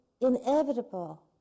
inevitable